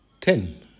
ten